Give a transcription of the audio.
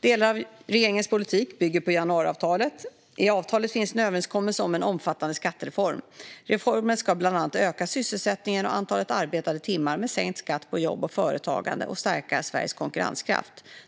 Delar av regeringens politik bygger på januariavtalet. I avtalet finns en överenskommelse om en omfattande skattereform. Reformen ska bland annat öka sysselsättningen och antalet arbetade timmar med sänkt skatt på jobb och företagande och stärka Sveriges konkurrenskraft.